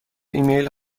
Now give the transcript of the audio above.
ایمیل